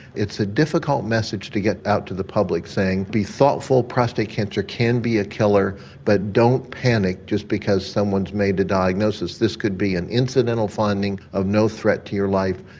it's a difficult message to get out to the public saying be thoughtful, prostate cancer can be a killer but don't panic just because someone has made a diagnosis. this could be an incidental finding of no threat to your life,